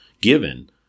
given